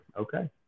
Okay